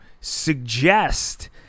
suggest